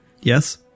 Yes